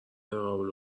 قابل